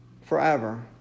forever